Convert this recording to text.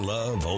Love